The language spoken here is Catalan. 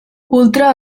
ultra